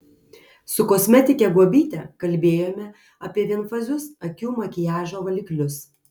su kosmetike guobyte kalbėjome apie vienfazius akių makiažo valiklius